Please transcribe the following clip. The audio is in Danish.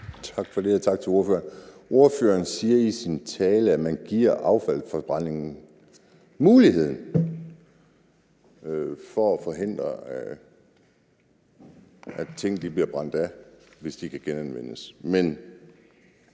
Tak for det, og tak til ordføreren. Ordføreren siger i sin tale, at man giver affaldsforbrændingsanlæg muligheden for at forhindre, at ting bliver brændt af, hvis de kan genanvendes.